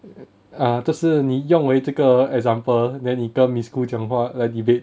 uh 这是你用回这个 example then 你跟 miss khoo 讲话来 debate